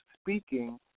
speaking